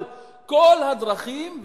אבל כל הדרכים,